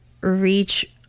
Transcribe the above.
reach